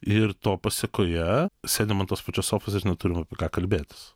ir to pasekoje sėdim ant tos pačios sofos ir neturim apie ką kalbėtis